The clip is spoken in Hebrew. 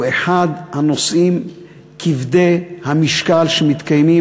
הוא אחד הנושאים כבדי המשקל שמתקיימים